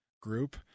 group